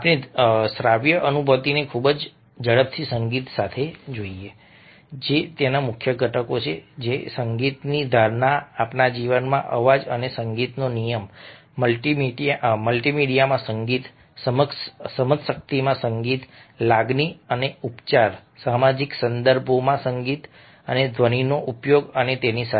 આપણે શ્રાવ્ય અનુભૂતિને ખૂબ જ ઝડપથી સંગીત જોઈએ છીએ તે મુખ્ય ઘટકો છે સંગીતની ધારણા આપણા જીવનમાં અવાજ અને સંગીતનો નિયમ મલ્ટીમીડિયામાં સંગીત સમજશક્તિમાં સંગીત લાગણી અને ઉપચાર સામાજિક સંદર્ભોમાં સંગીત અને ધ્વનિનો ઉપયોગ અને તેની સાથે